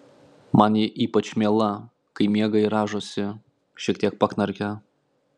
man ji ypač miela kai miega ir rąžosi šiek tiek paknarkia